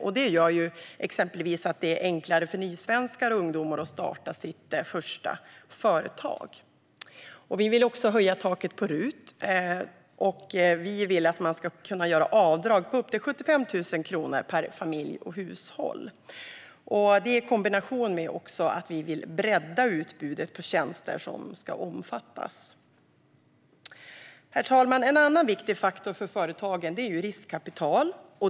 Detta gör exempelvis att det blir enklare för nysvenskar och ungdomar att starta sitt första företag. Vi vill höja taket för RUT så att man ska kunna göra avdrag på upp till 75 000 kronor per hushåll och år. Vi vill också bredda utbudet av tjänster som ska omfattas av RUT. Herr talman! En annan viktig faktor för företagen är riskkapital.